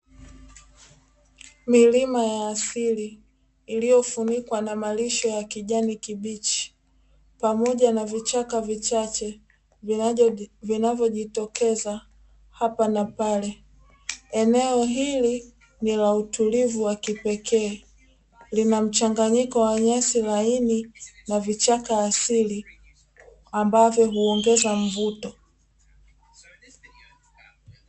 Milima ya asili iliyofunikwa na malisho ya kijani kibichi, pamoja na vichaka vichache, vinavyojitokeza hapa na pale. Eneo hili ni la utulivu wa kipekee, lina mchanganyiko wa nyasi laini, na vichaka asili ambavyo huongeza mvuto.